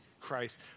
Christ